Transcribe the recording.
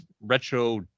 retro